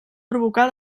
provocar